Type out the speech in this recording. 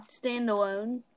standalone